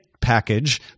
package